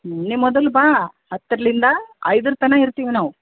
ನೀನೇ ಮೊದಲು ಬಾ ಹತ್ತರಿಂದ ಐದರ ತನಕ ಇರ್ತೀವಿ ನಾವು